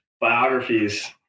biographies